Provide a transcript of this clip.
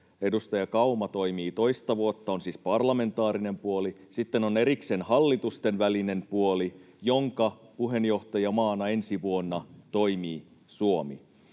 edustaja Kauma toimii toista vuotta, on siis parlamentaarinen puoli. Sitten on erikseen hallitustenvälinen puoli, jonka puheenjohtajamaana ensi vuonna toimii Suomi.